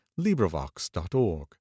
LibriVox.org